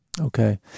Okay